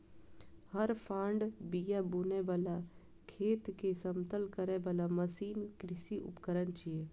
हर, फाड़, बिया बुनै बला, खेत कें समतल करै बला मशीन कृषि उपकरण छियै